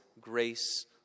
grace